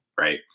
right